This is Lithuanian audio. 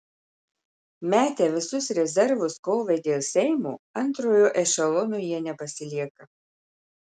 metę visus rezervus kovai dėl seimo antrojo ešelono jie nepasilieka